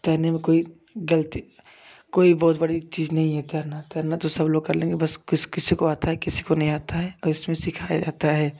तैरने में कोई गलती कोई बहुत बड़ी चीज नहीं है तैरना तैरना तो सब लोग कर लेंगे बस किस किसी को आता है किसी को नहीं आता है और इसमें सिखाया जाता है